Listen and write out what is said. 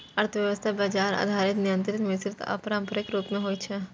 अर्थव्यवस्था बाजार आधारित, नियंत्रित, मिश्रित आ पारंपरिक रूप मे होइ छै